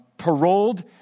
paroled